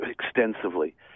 extensively